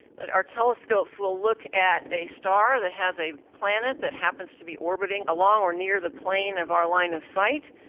our telescopes will look at a star that has a planet that happens to be orbiting along or near the plane of our line of sight.